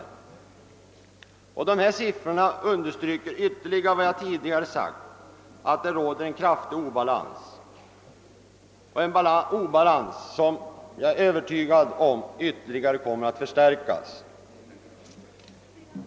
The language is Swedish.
Siffrorna understryker ytterligare vad jag tidigare har sagt, att det råder en kraftig obalans, och jag är övertygad om att denna kommer att ytterligare förstärkas.